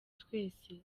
twese